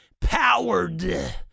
powered